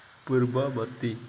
ପୂର୍ବବର୍ତ୍ତୀ